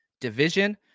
division